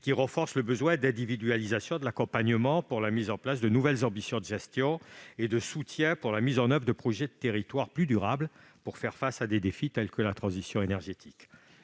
à renforcer le besoin d'individualisation de l'accompagnement pour la mise en place de nouvelles ambitions de gestion et de soutien pour la mise en oeuvre de projets de territoire, plus durables, afin de faire face à des défis tels que la transition énergétique.